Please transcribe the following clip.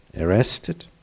arrested